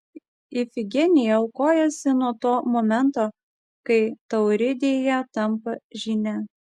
ifigenija aukojasi nuo to momento kai tauridėje tampa žyne